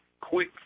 quick